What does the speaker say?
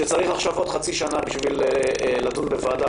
שעכשיו צריך עוד חצי שנה בשביל לדון בוועדה,